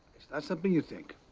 it's not something you think.